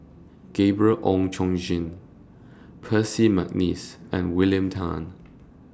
Gabriel Oon Chong Jin Percy Mcneice and William Tan